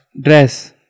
Dress